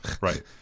Right